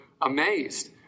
amazed